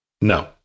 No